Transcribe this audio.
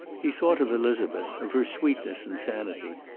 he thought of elizabeth, of her sweetness and sanity.